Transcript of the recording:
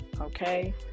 okay